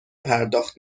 پرداخت